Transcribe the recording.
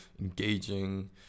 engaging